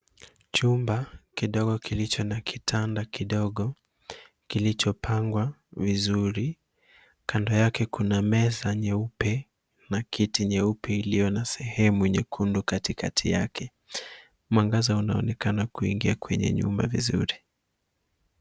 Chumba kidogo kilicho na kitanda kidogo, kilichopangwa vizuri. Kando yake kuna meza nyeupe, na kiti nyeupe iliyo na sehemu nyekundu katikati yake. Mwangaza unaonekana kuingia kwenye nyumba vizuri.